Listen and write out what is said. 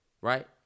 Right